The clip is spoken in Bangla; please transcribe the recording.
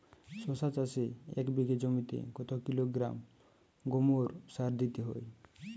শশা চাষে এক বিঘে জমিতে কত কিলোগ্রাম গোমোর সার দিতে হয়?